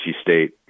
State